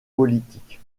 politique